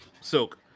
Silk